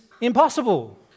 impossible